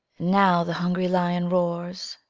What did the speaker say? now the hungry lion roars,